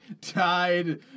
tied